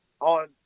on